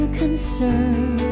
concern